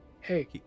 Hey